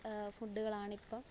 ഫുഡ്കളാണിപ്പോൾ